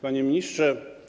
Panie Ministrze!